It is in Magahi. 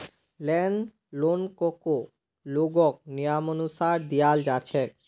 लैंड लोनकको लोगक नियमानुसार दियाल जा छेक